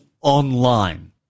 online